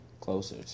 closer